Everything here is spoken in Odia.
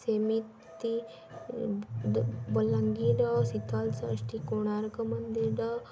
ସେମିତି ବଲାଙ୍ଗୀରର ଶୀତଳଷଷ୍ଠୀ କୋଣାର୍କ ମନ୍ଦିର